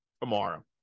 tomorrow